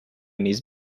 niece